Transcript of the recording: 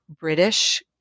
British